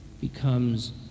becomes